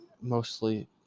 mostly